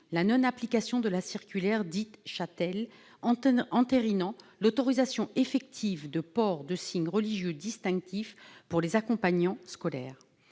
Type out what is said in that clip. la non-application de la circulaire dite « Chatel », entérinant l'autorisation effective du port de signes religieux distinctifs par les accompagnants scolaires.